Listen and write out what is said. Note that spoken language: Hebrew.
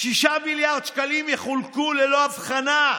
6 מיליארד שקלים יחולקו ללא אבחנה: